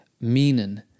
Meaning